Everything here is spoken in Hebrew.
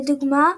לדוגמה,